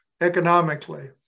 economically